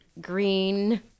green